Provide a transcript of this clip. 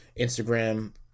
Instagram